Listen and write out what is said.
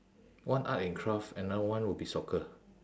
one art and craft another one would be soccer